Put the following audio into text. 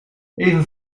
even